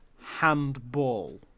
handball